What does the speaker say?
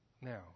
Now